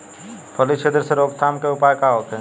फली छिद्र से रोकथाम के उपाय का होखे?